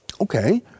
Okay